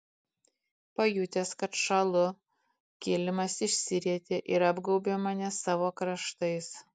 pajutęs kad šąlu kilimas išsirietė ir apgaubė mane savo kraštais